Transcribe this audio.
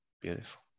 beautiful